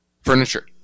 furniture